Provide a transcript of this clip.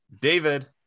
David